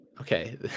okay